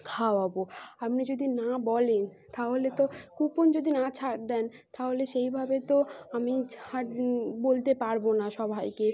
খাওয়াব আপনি যদি না বলেন তাহলে তো কুপন যদি না ছাড় দেন তাহলে সেইভাবে তো আমি ছাড় বলতে পারব না সবাইকে